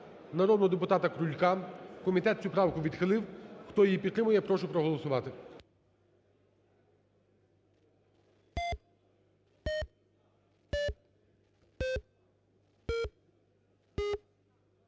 народного депутата Крулька, комітет цю правку відхилив. Хто її підтримує, я прошу проголосувати.